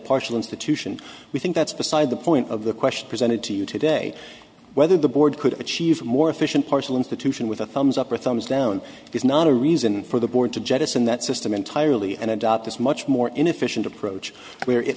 partial institution we think that's beside the point of the question presented to you today whether the board could achieve more efficient partial institution with a thumbs up or thumbs down is not a reason for the board to jettison that system entirely and adopt this much more inefficient approach where it